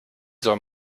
soll